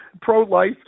pro-life